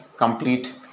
Complete